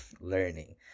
learning